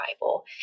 Bible